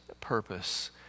purpose